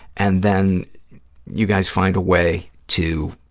and then you guys find a way to